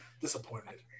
Disappointed